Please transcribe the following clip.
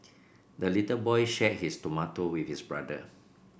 the little boy shared his tomato with his brother